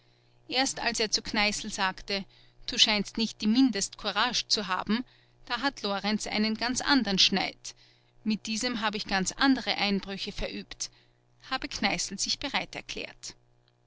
erst als er zu kneißl sagte du scheinst nicht die mindest courag zu haben da hat lorenz ganz anderen schneid mit diesem habe ich ganz andere einbrüche verübt habe kneißl sich bereit erklärt